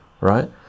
Right